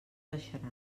baixaran